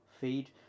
feed